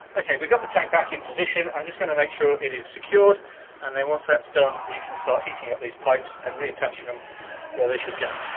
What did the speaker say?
okay we've got the tank back in position i'm just going to make sure it is secured and then once that's done we can start heating up these pipes and reattaching them where they should go